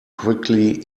quickly